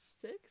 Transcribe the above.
six